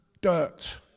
dirt